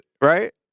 right